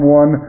one